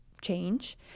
change